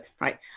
right